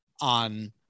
on